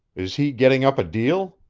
is he getting up a deal?